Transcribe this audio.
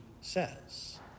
says